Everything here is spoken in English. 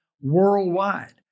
worldwide